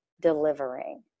delivering